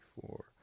four